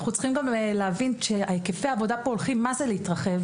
אנחנו צריכים להבין שהיקפי העבודה הולכים להתרחב.